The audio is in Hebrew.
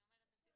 אני מבינה היטב.